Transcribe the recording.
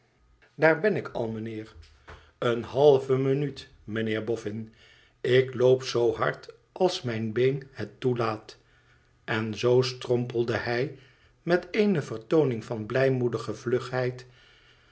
daar ben ik al mijnheer een halve minuut mijnheer boffin ik loop zoo hard als mijn been het toelaat en zoo strompelde hij met eene vertooning van blijmoedige vlugheid